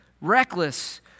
reckless